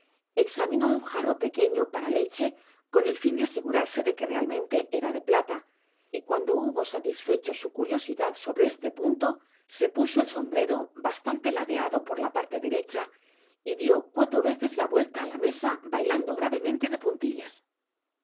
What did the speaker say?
examinó un jarro pequeño para leche con el fin de asegurarse de que realmente eran de plata y cuando hubo satisfecho su curiosidad sobre este punto se puso el sombrero bastante ladeado por la parte derecha y dió cuatro veces la vuelta á la mesa bailando gravemente de pun